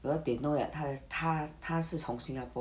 because they know that 他他他是从新加坡